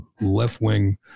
left-wing